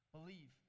Believe